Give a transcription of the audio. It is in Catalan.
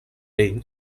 ell